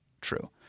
true